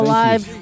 live